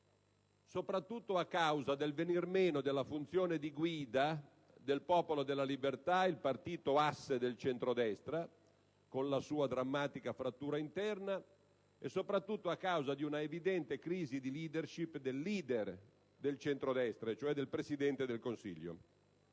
soprattutto a causa del venir meno della funzione di guida del Popolo della Libertà, ossia il partito asse del centrodestra, con la drammatica frattura interna e soprattutto a causa di una evidente crisi di *leadership* del leader del centrodestra, cioè del Presidente del Consiglio.